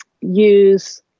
use